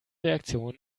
reaktion